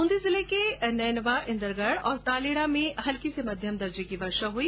बूंदी जिले के नैनवा इन्द्रगढ़ और तालेड़ा में हल्की से मध्यम दर्जे की वर्षा हुई